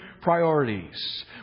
priorities